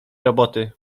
roboty